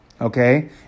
okay